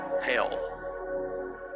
hell